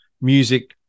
music